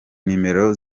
nimero